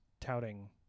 touting